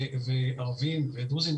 ערבים או דרוזים,